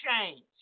change